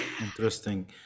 Interesting